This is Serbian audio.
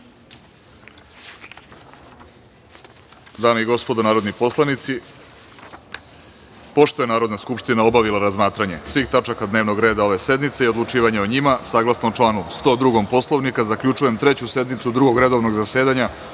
i gospodo narodni poslanici, pošto je Narodna skupština obavila razmatranje svih tačaka dnevnog reda ove sednice i odlučivanje o njima, saglasno članu 102. Poslovnika, zaključujem Treću sednicu Drugog redovnog zasedanja